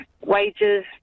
wages